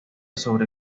sobre